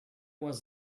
was